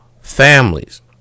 families